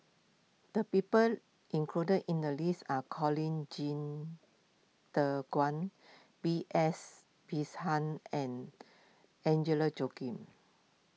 the people included in the list are Colin Qi Zhe Quan B S and Agnes Joaquim